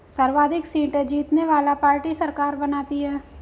सर्वाधिक सीटें जीतने वाली पार्टी सरकार बनाती है